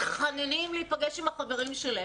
מתחננים להיפגש עם החברים שלהם,